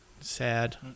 Sad